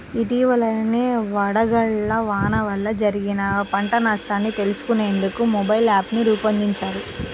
ఇటీవలనే వడగళ్ల వాన వల్ల జరిగిన పంట నష్టాన్ని తెలుసుకునేందుకు మొబైల్ యాప్ను రూపొందించారు